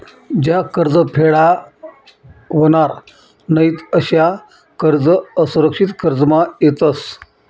ज्या कर्ज फेडावनार नयीत अशा कर्ज असुरक्षित कर्जमा येतस